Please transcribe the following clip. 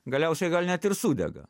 galiausiai gal net ir sudega